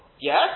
yes